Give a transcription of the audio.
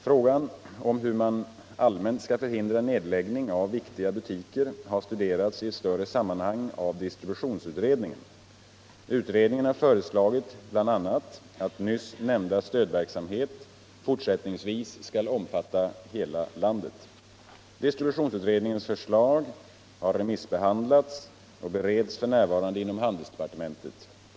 Frågan om hur man allmänt skall förhindra nedläggning av viktiga butiker har studerats i ett större sammanhang av distributionsutredningen. Utredningen har föreslagit bl.a. att nyss nämnda stödverksamhet fortsättningsvis skall omfatta hela landet. Distributionsutredningens förslag har remissbehandlats och bereds f. n. inom handelsdepartementet.